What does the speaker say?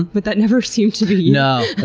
but that never seemed to be you. no.